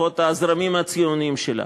לפחות הזרמים הציוניים שלה,